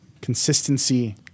Consistency